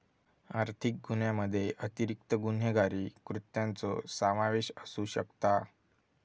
आर्थिक गुन्ह्यामध्ये अतिरिक्त गुन्हेगारी कृत्यांचो समावेश असू शकता